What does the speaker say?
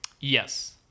yes